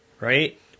right